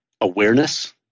awareness